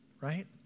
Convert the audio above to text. right